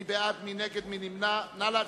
מי בעד, מי נגד, מי נמנע.